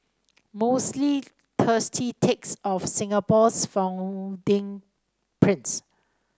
mostly thirsty takes of Singapore's founding prince